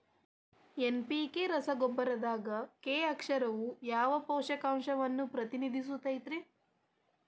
NPK ರಸಗೊಬ್ಬರದಾಗ K ಅಕ್ಷರವು ಯಾವ ಪೋಷಕಾಂಶವನ್ನ ಪ್ರತಿನಿಧಿಸುತೈತ್ರಿ?